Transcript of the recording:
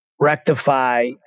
Rectify